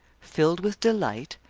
filled with delight,